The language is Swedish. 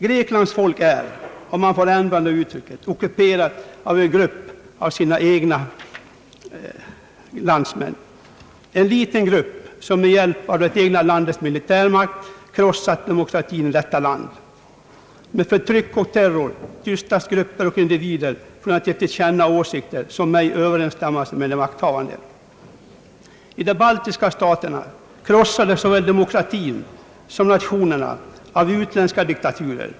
Greklands folk är ockuperat — om man får använda det uttrycket — av en grupp av sina egna landsmän, en liten grupp som med hjälp av det egna landets militärmakt krossat demokratin i detta land. Med förtryck och terror tystas grupper och individer från att ge till känna åsikter som ej överensstämmer med de makthavandes. I de baltiska staterna krossades såväl demokratin som nationerna av utländska diktaturer.